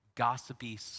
gossipy